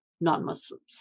non-Muslims